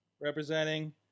representing